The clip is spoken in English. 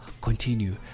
continue